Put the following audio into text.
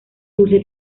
dulce